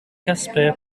casper